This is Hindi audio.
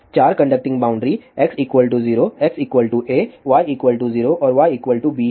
4 conducting boundary x 0 x a y 0 और y b हैं